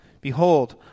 Behold